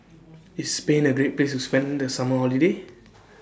IS Spain A Great Place to spend The Summer Holiday